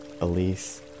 Elise